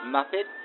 Muppet